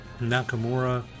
Nakamura